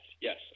yes